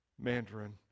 Mandarin